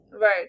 Right